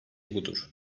budur